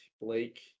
Blake